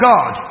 God